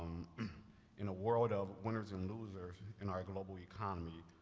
in a world of winners and losers in our global economy,